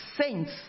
saints